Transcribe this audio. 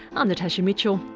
i'm natasha mitchell,